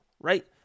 right